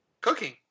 cooking